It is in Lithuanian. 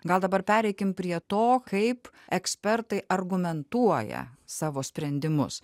gal dabar pereikim prie to kaip ekspertai argumentuoja savo sprendimus